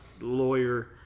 lawyer